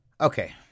okay